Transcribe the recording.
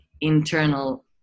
internal